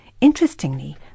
Interestingly